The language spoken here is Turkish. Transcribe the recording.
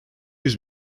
yüz